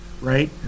Right